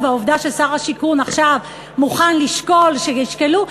והעובדה ששר השיכון עכשיו מוכן לשקול, שישקלו.